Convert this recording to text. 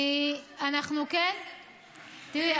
תראי,